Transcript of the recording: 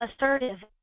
assertive